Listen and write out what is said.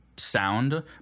Sound